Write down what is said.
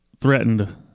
Threatened